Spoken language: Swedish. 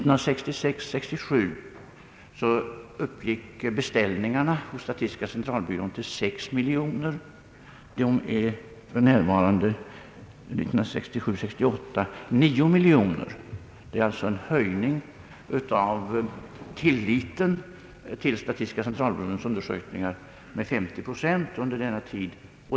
1966 68 till 9 miljoner kronor, vilket innebär att den omfattning i vilken man anlitat statistiska centralbyrån för sådana här undersökningar ökat med 50 procent under denna tid.